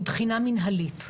מבחינה מינהלית.